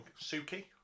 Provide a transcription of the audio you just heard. Suki